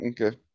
okay